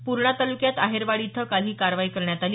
पूर्णा तालुक्यात आहेरवाडी इथं काल ही कारवाई करण्यात आली